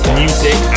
music